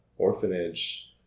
orphanage